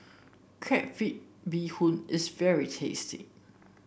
Crab Bee Hoon is very tasty